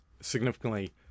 significantly